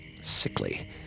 sickly